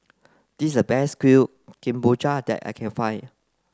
this is a best Kuih Kemboja that I can find